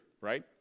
right